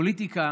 פוליטיקה